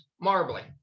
marbling